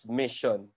mission